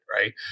right